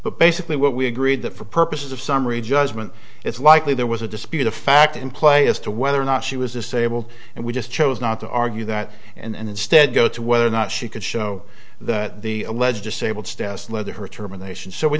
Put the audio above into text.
but basically what we agreed that for purposes of summary judgment it's likely there was a dispute of fact in play as to whether or not she was disabled and we just chose not to argue that and instead go to whether or not she could show that the alleged disabled status led to her terminations so we